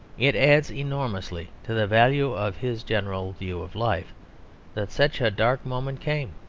it adds enormously to the value of his general view of life that such a dark moment came.